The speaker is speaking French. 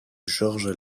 georges